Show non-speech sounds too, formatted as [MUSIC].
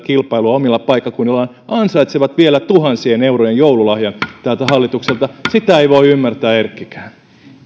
[UNINTELLIGIBLE] kilpailua omilla paikkakunnillaan ansaitsevat vielä tuhansien eurojen joululahjan tältä hallitukselta sitä ei voi ymmärtää erkkikään